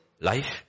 life